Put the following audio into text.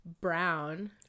Brown